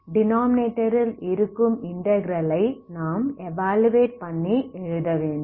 denominator ல் இருக்கும் integral ஐ நாம் எவாலுவேட் பண்ணி எழுத வேண்டும்